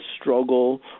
struggle